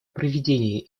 проведения